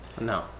No